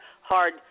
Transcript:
hard